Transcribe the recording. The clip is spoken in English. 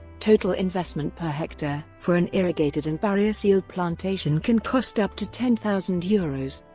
total investment per hectare for an irrigated and barrier-sealed plantation can cost up to ten thousand euros.